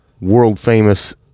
world-famous